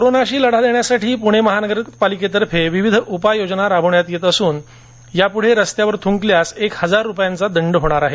कोरोनाशी लढा देण्यासाठी पूणे महापालिकेतर्फे विविध उपाययोजना राबवण्यात येत असून यापुढे रस्त्यावर थ्रंकल्यास एक हजार रुपयांचा दंड होणार आहे